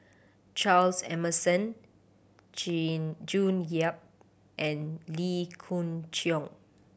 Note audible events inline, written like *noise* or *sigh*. Charles Emmerson *unintelligible* June Yap and Lee Khoon Choy